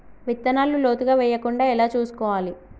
విత్తనాలు లోతుగా వెయ్యకుండా ఎలా చూసుకోవాలి?